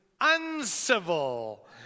uncivil